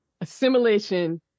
assimilation